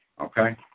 okay